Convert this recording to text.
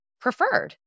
preferred